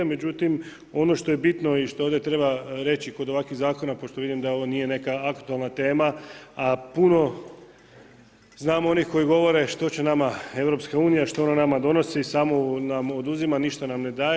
Međutim, ono što je bitno i što ovdje treba reći kod ovakvih zakona, pošto vidim da ovo nije neka aktualna tema, a puno znam onih koji govore što će nama EU, što ona nama donosi, samo nam oduzima, ništa nam ne daje.